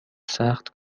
سخت